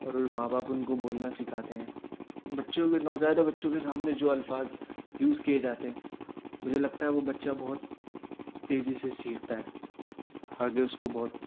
اور وہ ماں باپ ان کو بولنا سکھاتے ہیں بچوں کے نوزائیدہ بچوں کے سامنے جو الفاظ یوز کیے جاتے ہیں مجھے لگتا ہے وہ بچہ بہت تیزی سے سیکھتا ہے آگے اس کو بہت